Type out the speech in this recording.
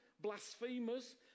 blasphemers